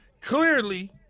Clearly